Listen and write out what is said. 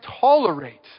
tolerate